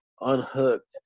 unhooked